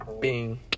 bing